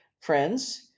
friends